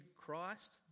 Christ